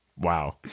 Wow